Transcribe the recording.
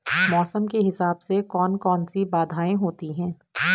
मौसम के हिसाब से कौन कौन सी बाधाएं होती हैं?